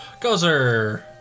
Gozer